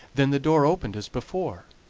then the door opened as before,